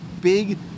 big